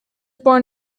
born